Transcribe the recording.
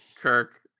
Kirk